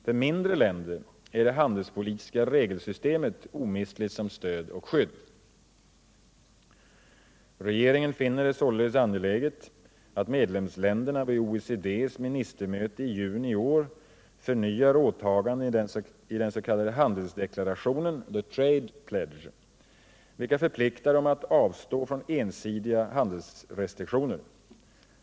För mindre länder är det handelspolitiska regelsystemet omistligt som stöd och skydd. Regeringen finner det således angeläget att medlemsländerna vid OECD:s ministermöte i juni i år förnyar åtagandena i den s.k. handelsdeklarationen, ”the trade pledge”, vilka förpliktar dem att avstå från ensidiga handelsrestriktioner.